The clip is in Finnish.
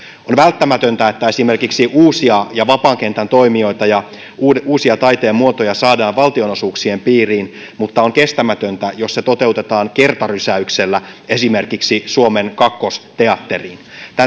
on välttämätöntä että esimerkiksi uusia ja vapaan kentän toimijoita ja uusia taiteen muotoja saadaan valtionosuuksien piiriin mutta on kestämätöntä jos se toteutetaan kertarysäyksellä esimerkiksi suomen kakkosteatteriin